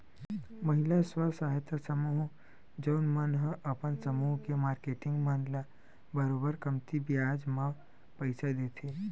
महिला स्व सहायता समूह जउन मन ह अपन समूह के मारकेटिंग मन ल बरोबर कमती बियाज म पइसा देथे